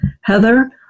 Heather